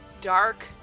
Dark